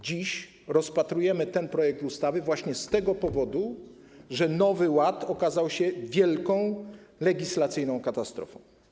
Dziś rozpatrujemy ten projekt ustawy właśnie z tego powodu, że Nowy Ład okazał się wielką legislacyjną katastrofą.